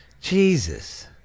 Jesus